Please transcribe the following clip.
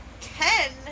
Ken